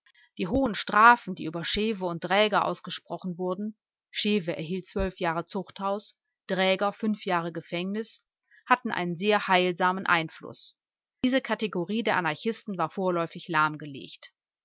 die hohen strafen die über schewe und dräger ausgesprochen wurden schewe erhielt jahre zuchthaus träger fünf jahre gefängnis hatten einen sehr heilsamen einfluß diese kategorie der anarchisten war vorläufig lahmgelegt